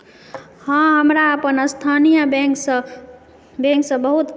हाँ हमरा अपन स्थानीय बैङ्कसँ बैङ्कसँ बहुत